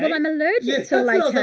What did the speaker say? um i'm allergic to like